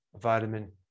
vitamin